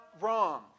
wrong